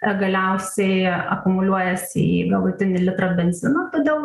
e galiausiai akumuliuojasi į galutinį litrą benzino todėl